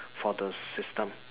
for the system